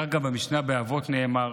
כך גם במשנה, באבות, נאמר